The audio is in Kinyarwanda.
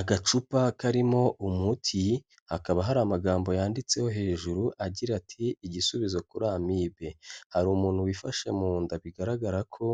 Agacupa karimo umuti, hakaba hari amagambo yanditseho hejuru agira ati "Igisubizo kuri amibe." Hari umuntu wifashe mu nda bigaragara ko